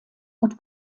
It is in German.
und